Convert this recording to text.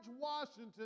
Washington